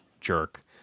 jerk